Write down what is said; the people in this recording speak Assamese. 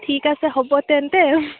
ঠিক আছে হ'ব তেন্তে